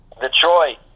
Detroit